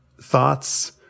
thoughts